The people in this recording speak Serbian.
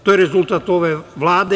To je rezultat ove Vlade.